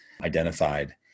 identified